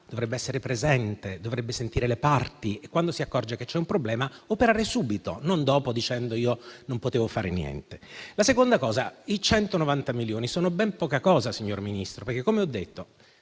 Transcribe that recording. essere presente e sentire le parti e, quando si accorge che c'è un problema, operare subito, non dopo, dicendo che non poteva fare niente. In secondo luogo, i 190 milioni sono ben poca cosa, signor Ministro, perché, come ho detto,